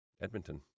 edmonton